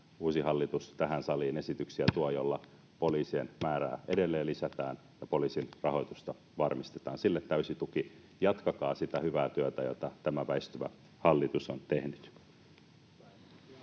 uusi hallitus tuo tähän saliin esityksiä, joilla poliisien määrää edelleen lisätään ja poliisin rahoitusta varmistetaan. Sille täysi tuki. Jatkakaa sitä hyvää työtä, jota tämä väistyvä hallitus on tehnyt.